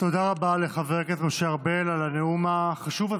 תודה רבה לחבר הכנסת משה ארבל על הנאום החשוב הזה.